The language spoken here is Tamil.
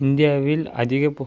இந்தியாவில் அதிக பூ